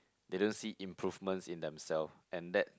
they don't see improvements in themself and that